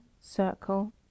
circle